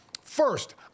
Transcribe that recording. First